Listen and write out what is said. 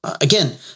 Again